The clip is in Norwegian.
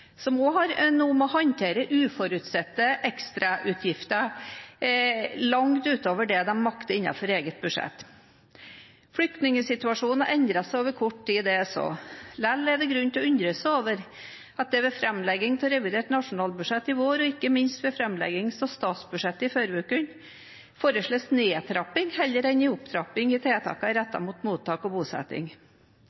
som også har noe med å håndtere uforutsette ekstrautgifter langt utover det de makter innenfor eget budsjett. Flyktningsituasjonen har endret seg på kort tid – det er så. Likevel er det grunn til å undre seg over at det ved framleggingen av revidert nasjonalbudsjett i vår og ikke minst ved framleggingen av statsbudsjettet forrige uke foreslås nedtrapping heller enn opptrapping i tiltakene rettet mot mottak og bosetting